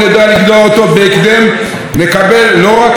לא רק טרור חקלאי אלא טרור בכל תחום,